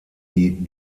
die